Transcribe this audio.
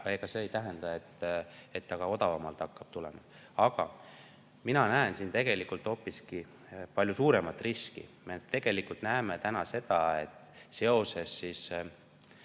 ega see ei tähenda, et see odavamalt hakkab tulema. Mina näen siin hoopiski palju suuremat riski. Me tegelikult näeme täna seda, et seoses